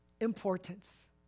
importance